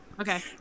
Okay